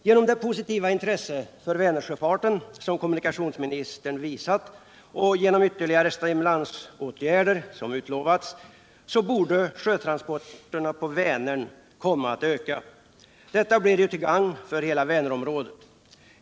Genom det positiva intresse för Vänersjöfarten som kommunikationsministern visat och genom de ytterligare stimulansåtgärder som utlovats torde sjötransporterna på Vänern komma att öka. Det blir till gagn för hela Vänernområdet.